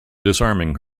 disarming